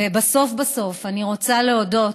ובסוף בסוף אני רוצה להודות,